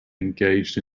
engaged